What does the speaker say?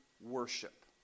worship